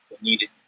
needed